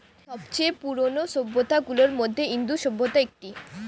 সব চেয়ে পুরানো সভ্যতা গুলার মধ্যে ইন্দু সভ্যতা একটি